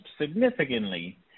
significantly